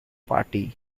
party